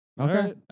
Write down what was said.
Okay